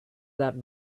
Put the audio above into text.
that